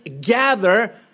gather